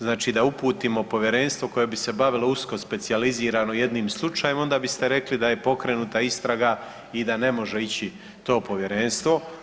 Znači da uputimo povjerenstvo koje bi se bavilo usko specijalizirano jednim slučajem onda biste rekli da je pokrenuta istraga i da ne može ići to povjerenstvo.